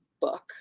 book